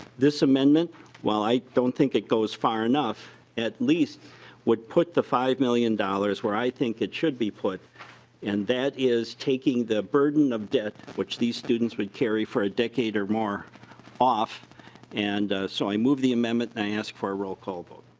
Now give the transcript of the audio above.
this amendment while i don't think it goes far enough at least would put the five million dollars where i think it should be put in and that is taking the burden of debt which the students would carry for a decade or more off and so i move the amendment and ask for a rollcall vote.